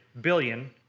billion